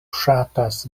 ŝatas